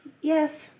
Yes